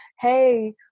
hey